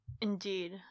Indeed